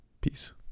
Peace